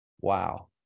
Wow